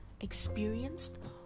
experienced